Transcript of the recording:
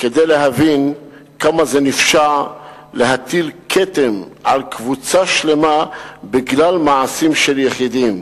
כדי שנבין כמה זה נפשע להטיל כתם על קבוצה שלמה בגלל מעשים של יחידים.